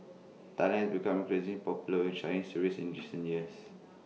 Thailand become increasing popular with Chinese tourists in recent years